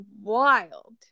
wild